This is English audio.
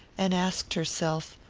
and asked herself,